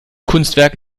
kunstwerk